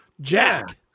Jack